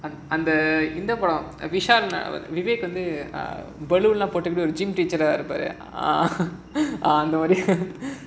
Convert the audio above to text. அந்த இந்த படம் விஷால் விவேக் வந்து பலூணலாம் போட்டு:andha indha padam vishal vivek vandhu baloonellaam pottu ah